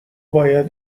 باید